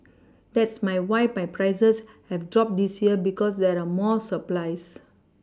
that's my why prices have dropped this year because there are more supplies